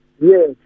Yes